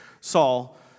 Saul